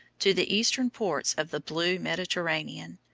to the eastern ports of the blue mediterranean,